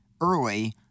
early